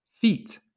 feet